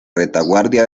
retaguardia